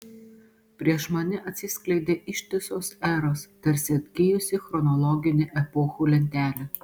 prieš mane atsiskleidė ištisos eros tarsi atgijusi chronologinė epochų lentelė